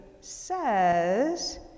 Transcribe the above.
says